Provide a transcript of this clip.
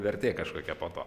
vertė kažkokia po to